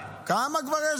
כמה כבר יש